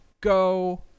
go